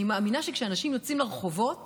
אני מאמינה שכשאנשים יוצאים לרחובות